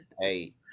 Hey